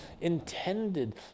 intended